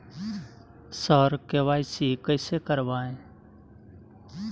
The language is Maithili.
सर के.वाई.सी कैसे करवाएं